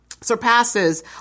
surpasses